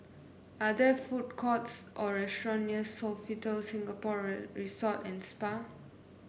are there food courts or restaurants near Sofitel Singapore Resort and Spa